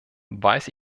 weiß